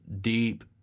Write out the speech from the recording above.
deep